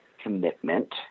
commitment